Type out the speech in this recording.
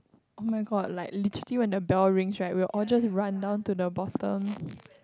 oh-my-god like literally when the bell rings right we all just run down to the bottom